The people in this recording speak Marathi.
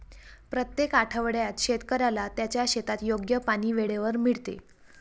प्रत्येक आठवड्यात शेतकऱ्याला त्याच्या शेतात योग्य पाणी वेळेवर मिळते